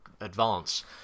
advance